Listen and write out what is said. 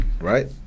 right